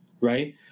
right